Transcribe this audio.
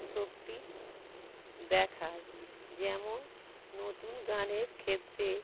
শক্তি দেখায় যেমন নতুন গানের ক্ষেত্রে